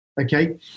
Okay